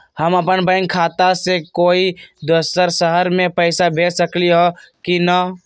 हम अपन बैंक खाता से कोई दोसर शहर में पैसा भेज सकली ह की न?